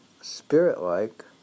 spirit-like